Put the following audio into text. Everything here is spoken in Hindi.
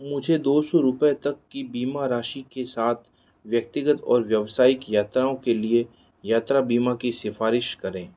मुझे दो सौ रुपए तक की बीमा राशि के साथ व्यक्तिगत और व्यावसायिक यात्राओं के लिए यात्रा बीमा की सिफारिश करें